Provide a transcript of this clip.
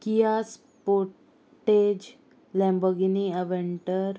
Kia Sportage Lamborghini Aventador